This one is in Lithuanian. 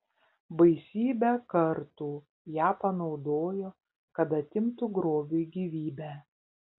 baisybę kartų ją panaudojo kad atimtų grobiui gyvybę